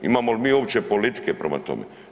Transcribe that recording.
Imamo li mi uopće politike prema tome?